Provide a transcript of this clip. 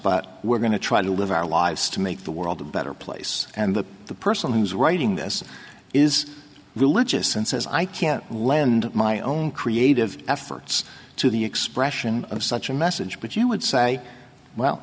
but we're going to try to live our lives to make the world a better place and that the person who's writing this is religious and says i can't lend my own creative efforts to the expression of such a message but you would say well